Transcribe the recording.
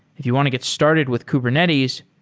if you want to get started with kubernetes,